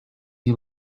you